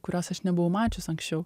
kurios aš nebuvau mačius anksčiau